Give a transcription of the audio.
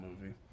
movie